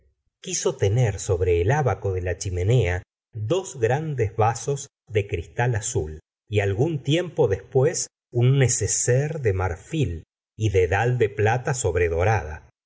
quiso tener sobre el abaco de la chimenea dos grandes vasos de cristal azul y algún tiempo después un necesaire de marfil y dedal de plata